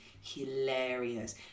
hilarious